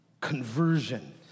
conversion